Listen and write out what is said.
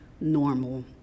normal